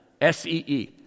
s-e-e